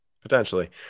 Potentially